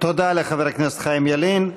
תודה לחבר הכנסת חיים ילין.